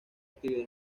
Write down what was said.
actividad